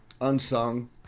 unsung